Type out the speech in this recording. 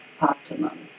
optimum